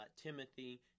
Timothy